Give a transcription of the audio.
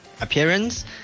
appearance